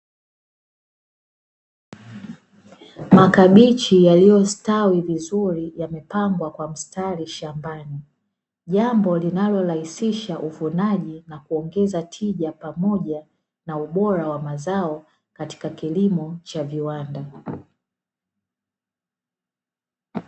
Makabichi yaliyostawi vizuri yamepangwa kwa mstari shambani, jambo linalorahisisha uvunaji na kuongeza tija pamoja na ubora wa mazao katika kilimo cha viwanda.